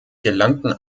gelangten